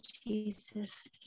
Jesus